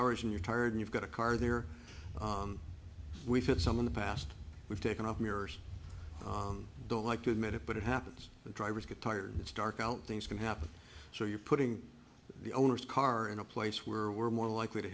hours and you're tired you've got a car there we've had some in the past we've taken off mirrors don't like to admit it but it happens the drivers get tired it's dark out things can happen so you're putting the owners car in a place where we're more likely to